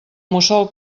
mussol